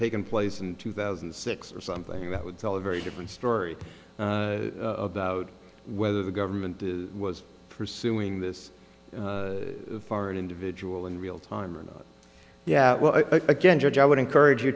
taken place in two thousand and six or something that would sell a very different story about whether the government was pursuing this foreign individual in real time or not yeah well again judge i would encourage you